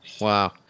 Wow